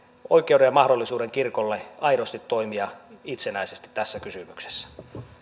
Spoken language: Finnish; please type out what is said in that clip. oikeuden ja mahdollisuuden kirkolle aidosti toimia itsenäisesti tässä kysymyksessä